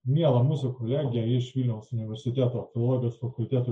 mielą mūsų kolegė iš vilniaus universiteto filologijos fakulteto